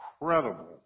incredible